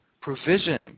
provision